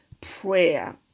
prayer